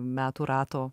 metų rato